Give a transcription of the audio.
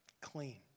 clean